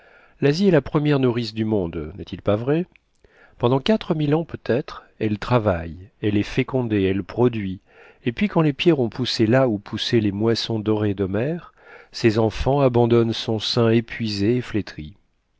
l'asie est la première nourrice du monde n'est-il pas vrai pendant quatre mille ans peut-être elle travaille elle est fécondée elle produit et puis quand les pierres ont poussé là où poussaient les moissons dorées d'homère ses enfants abandonnent son sein épuisé et flétri